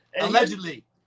allegedly